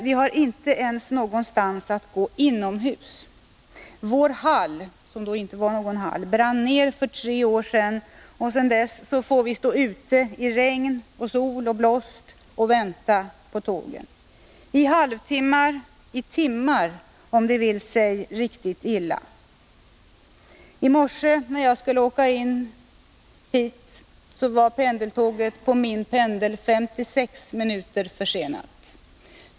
Vi har inte ens någonstans att gå inomhus. Vår ”hall”, som då inte var någon hall, brann ner för tre år sedan, och sedan dess får vi stå ute i regn och sol och blåst och vänta på tågen i halvtimmar, i timmar, om det vill sig riktigt illa. I morse när jag skulle åka in hit var mitt pendeltåg 56 minuter försenat.